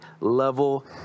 level